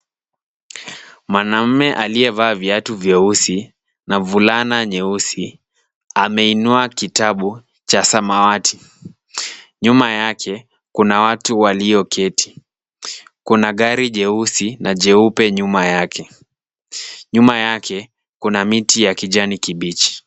Mwanaume aliyevaa viatu vyeusi na fulana nyeusi, ameinua kitabu cha samawati. Nyuma yake kuna watu walioketi. Kuna gari jeusi na jeupe nyuma yake. Nyuma yake kuna miti ya kijani kibichi.